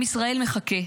עם ישראל מחכה,